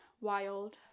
wild